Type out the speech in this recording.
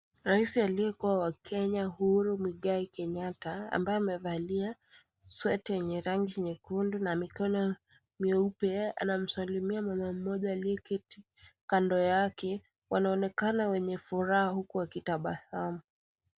Raisi aliyekuwa wa Kenya, Uhuru Muigai Kenyatta, ambaye amevalia sweta yenye rangi nyekundu na mikono mieupe. Anamsalamia mama mmoja aliyeketi kando yake. Wanaoneka wenye furaha huku wakitabasamu.